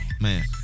Man